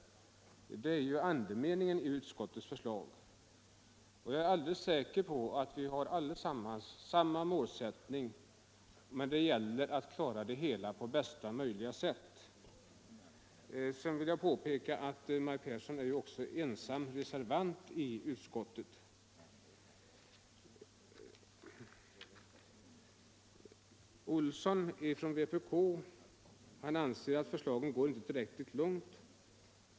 Det är också andemeningen i utskottets förslag. Jag är helt säker på att vi alla har samma målsättning, men det gäller ju att klara problemen på bästa möjliga sätt. Jag vill också erinra om att Maj Pehrsson är ensam reservant i utskottet. Herr Olsson i Stockholm ansåg att förslagen inte går tillräckligt långt.